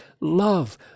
love